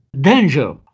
danger